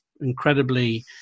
incredibly